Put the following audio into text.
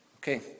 Okay